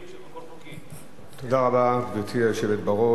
גברתי היושבת בראש,